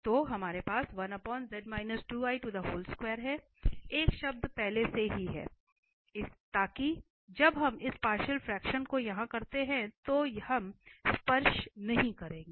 तो हमारे पास हैं एक शब्द पहले से ही है ताकि जब हम इस पार्शियल फ्रेक्शन को यहां करते हैं तो हम स्पर्श नहीं करेंगे